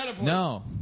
No